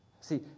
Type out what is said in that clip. See